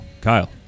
Kyle